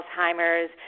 Alzheimer's